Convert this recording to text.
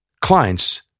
clients